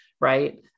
right